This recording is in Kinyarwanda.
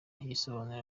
yisobanure